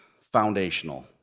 foundational